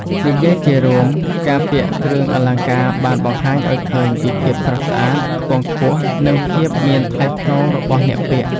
និយាយជារួម ការពាក់គ្រឿងអលង្ការបានបង្ហាញឲ្យឃើញពីភាពស្រស់ស្អាត ខ្ពង់ខ្ពស់ និងភាពមានថ្លៃថ្នូររបស់អ្នកពាក់។